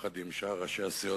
יחד עם שאר ראשי הסיעות,